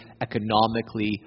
economically